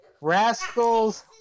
rascals